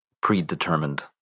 predetermined